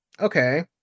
Okay